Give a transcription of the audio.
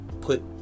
put